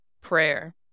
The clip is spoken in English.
prayer